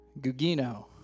Gugino